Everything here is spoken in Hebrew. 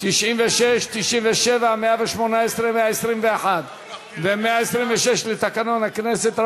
96, 97, 118, 121 ו-126 לתקנון הכנסת.